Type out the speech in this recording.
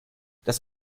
das